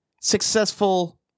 successful